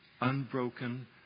unbroken